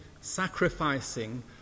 sacrificing